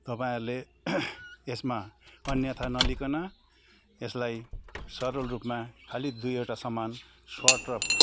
तपाईँहरूले यसमा अन्यथा नलिईकन यसलाई सरल रूपमा खालि दुइवटा सामान सर्ट र